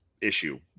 issue